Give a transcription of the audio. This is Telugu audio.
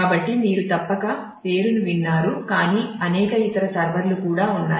కాబట్టి మీరు తప్పక పేరును విన్నారు కానీ అనేక ఇతర సర్వర్లు కూడా ఉన్నాయి